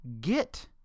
get